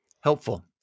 helpful